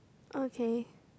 okay